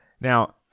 now